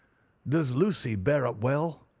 does lucy bear up well?